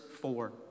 four